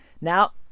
Now